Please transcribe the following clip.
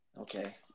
okay